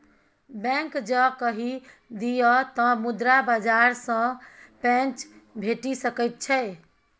bank जँ कहि दिअ तँ मुद्रा बाजार सँ पैंच भेटि सकैत छै